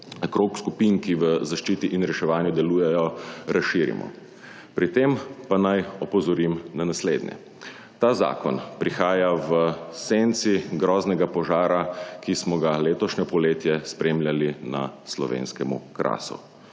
krog skupin, ki v zaščiti in reševanju delujejo, razširimo. Pri tem pa naj opozorim na naslednje. Ta zakon prihaja v senci groznega požara, ki smo ga letošnje poletje spremljali na slovenskem Krasu.